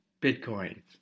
Bitcoin